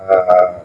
mm